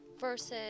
versus